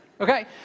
Okay